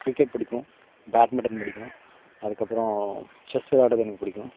cricket பிடிக்கும் badminton பிடிக்கும் அதுக்கப்புறோம் சசெஸ் விளையாடுறது எனக்கு பிடிக்கும்